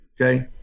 okay